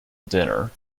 dinner